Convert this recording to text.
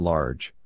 Large